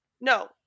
No